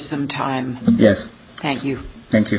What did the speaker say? sometime yes thank you thank you